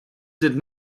did